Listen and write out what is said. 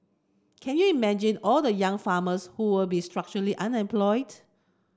can you imagine all the young farmers who will be structurally unemployed